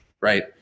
right